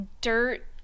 dirt